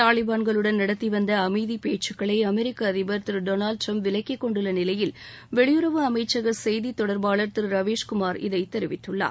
தூலிபான்களுடன் நடத்தி வந்த அமைதிப் பேக்கக்களை அமெரிக்க அதிபர் டொனால்டு டிரம்ப் விலக்கிக்கொண்டுள்ள நிலையில் இந்திய வெளியுறவு அமைச்சக செய்தித்தொடர்பாளர் திரு ரவீஸ்குமார் இதைத் தெரிவித்துள்ளார்